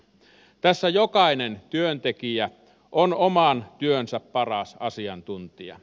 tässä jokainen työntekijä on oman työnsä paras asiantuntija